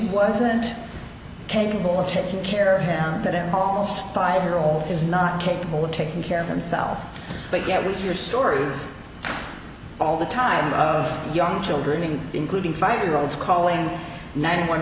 wasn't capable of taking care of him that in almost five year old is not capable of taking care of himself but yet we hear stories all the time of young children including five year olds calling nine one